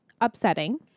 upsetting